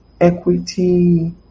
equity